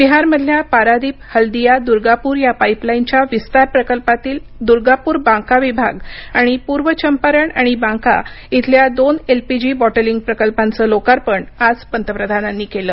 बिहार मधल्या पारादीप हल्दिया दुर्गापूर या पाईपलाईनच्या विस्तार प्रकल्पातील दुर्गापूर बांका विभाग आणि पूर्व चंपारण आणि बांका इथल्या दोन एल पी जी बॉटलींग प्रकल्पांचं लोकार्पण आज पंतप्रधानांनी केलं